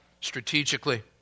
strategically